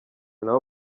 n’abo